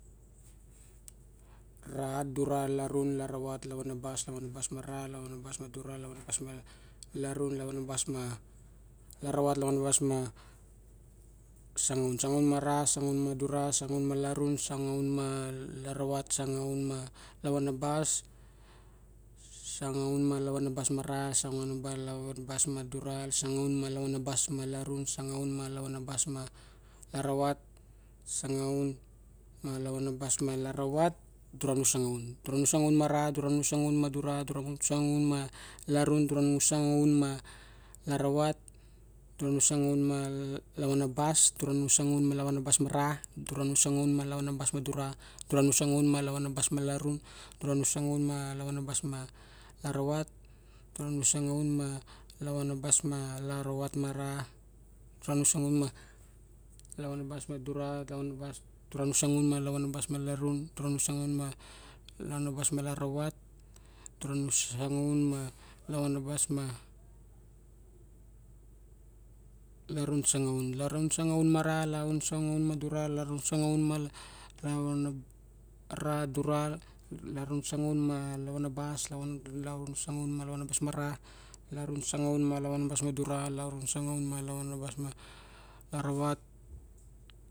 Ra dura larun laravat lavanabas lavanaba ma ra lavanabas ma dura lavanabas ma larun lavanabas ma laravat lavanabas ma sangaun sangaun ma ra sangaun ma dura sangaun ma laru ma dura ma laravat sangaun ma lavanabas sangaun ma lavanabas ma ra sangaun ma lavanabas sangaun ma lavanabas ma larun sangaun ma lavanabas ma laravat sangaun ma lavanabas ma laravat dura nu sangaun dura nu sangaun ma ra dura nu sangaun ma dura dura nu sangaun ma larun dura nu sangaun ma laravat dura nu sangaun ma lavanabas dura nu sangaun ma lavanavbas ma ra dura nu sangaun ma lavanavbas mas dura, dura nu sangaun ma lavanabas ma larun dura nu sangaun ma lavanabas ma laravat dura nu sangaun ma lavanabas ma laravat ma ra dura nu sanguan ma lavanabas ma dura lavanabas dura nu sangaun ma lavanabus ma larun dura nu sangaun ma lavanabas ma laravat dura nu sangaun ma lavanabas ma larun sangaun larun sangaun ma ra larun sangaun ma dura larum sangaun ma lava na ra dura larun sangaun ma lavanabas larun sangaun ma lavanabas ma ra larun sangaun ma lavanabas maj dura larun sangaun ma lavanabas ma laravat